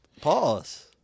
Pause